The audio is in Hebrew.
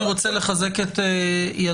אני רוצה לחזק את ידיכם.